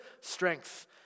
strength